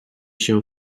się